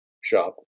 shop